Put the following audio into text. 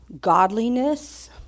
godliness